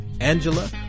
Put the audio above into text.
Angela